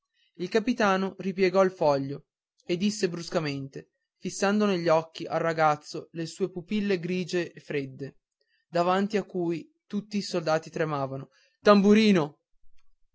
il capitano ripiegò il foglio e disse bruscamente fissando negli occhi al ragazzo le sue pupille grigie e fredde davanti a cui tutti i soldati tremavano tamburino